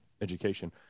education